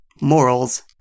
morals